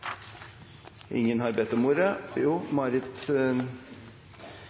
Ingen har bedt om ordet.